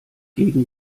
gegen